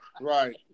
right